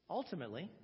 ultimately